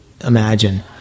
imagine